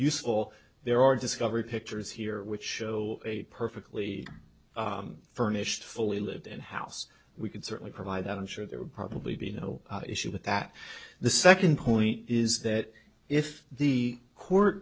useful there are discovery pictures here which show a perfectly furnished fully lived and house we could certainly provide that i'm sure there would probably be no issue with that the second point is that if the court